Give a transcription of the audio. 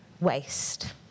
waste